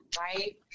right